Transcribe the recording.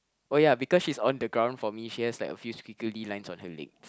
oh ya because she's on the ground for me she has like a few squiggly lines on her legs